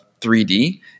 3D